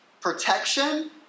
protection